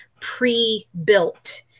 pre-built